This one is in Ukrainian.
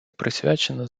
присвячена